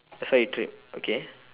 that's why it tripped okay